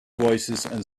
voicesand